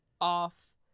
off